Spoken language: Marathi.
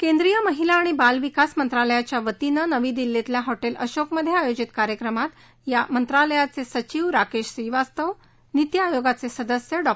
केंद्रीय महिला व बाल विकास मंत्रालयाच्यावतीने नवी दिल्लीतील हॉटेल अशोक मध्ये आयोजित कार्यक्रमात या मंत्रालयाचे सचिव राकेश श्रीवास्तव आणि निती आयोगाचे सदस्य डॉ